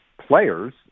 players